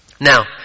Now